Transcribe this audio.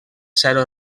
zero